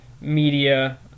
media